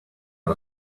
على